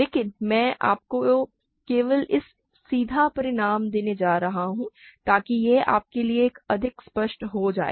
लेकिन मैं आपको केवल एक सीधा प्रमाण देने जा रहा हूं ताकि यह आपके लिए और अधिक स्पष्ट हो जाए